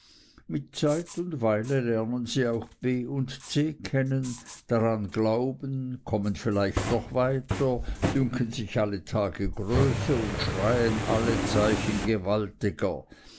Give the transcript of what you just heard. mit zeit und weile lernen sie auch b und c kennen daran glauben kommen vielleicht noch weiter dünken sich alle tage größer und schreien alle zeichen gewaltiger